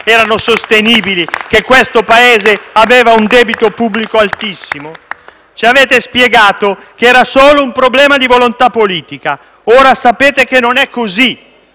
erano sostenibili, che questo Paese aveva un debito pubblico altissimo? *(Applausi dal Gruppo PD)*. Ci avete spiegato che era solo un problema di volontà politica. Ora sapete che non è così: